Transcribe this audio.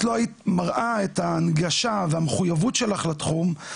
לא היית מראה את ההנגשה ואת המחויבות שלך לתחום,